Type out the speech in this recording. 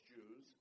Jews